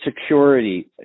security